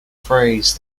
phrase